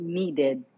needed